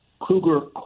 Kruger